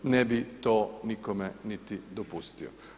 ne bi to nikome niti dopustio.